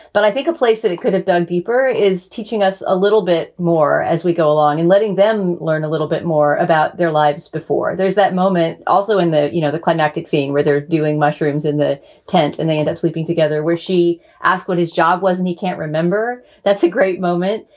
but i think a place that it could have dug deeper is teaching us a little bit more as we go along and letting them learn a little bit more about their lives before there's that moment. also in the, you know, the climactic scene where they're doing mushrooms in the tent and they end up sleeping together where she asks what his job was and he can't remember. that's a great moment.